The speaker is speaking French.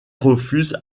refuse